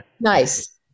nice